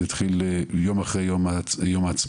זה יתחיל יום אחרי יום העצמאות,